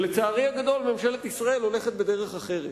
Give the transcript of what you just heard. לצערי הגדול, ממשלת ישראל הולכת בדרך אחרת.